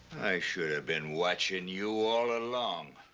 should have been watching you all along.